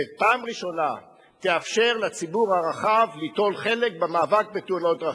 שפעם ראשונה תאפשר לציבור הרחב ליטול חלק במאבק בתאונות הדרכים,